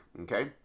okay